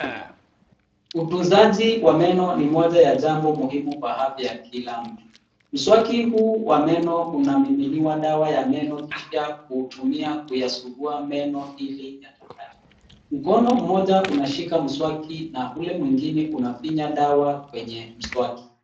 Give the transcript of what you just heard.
Utunzaji wa meno ni moja ya jambo muhimu kwa afya ya kila mtu. Mswaki huu wa meno unamiminiwa dawa ya meno kisha kuutumia kuyasugua meno ili yatakate. Mkono mmoja unashika mswaki na ule mwingine unafinya dawa kwenye mswaki.